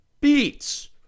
beats